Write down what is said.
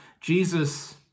Jesus